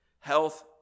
Health